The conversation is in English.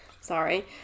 Sorry